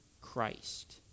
Christ